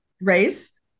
race